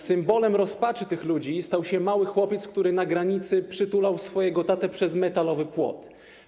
Symbolem rozpaczy tych ludzi stał się mały chłopiec, który na granicy przytulał swojego tatę przez metalowy płot.